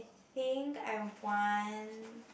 think I want